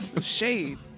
Shade